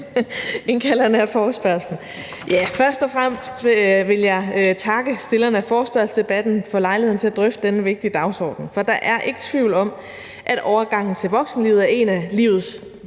indkalderen af forespørgslen. Først og fremmest vil jeg takke stillerne af forespørgslen for lejligheden til at drøfte denne vigtige dagsorden, for der er ikke tvivl om, at overgangen til voksenlivet er en af livets